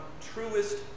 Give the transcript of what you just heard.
truest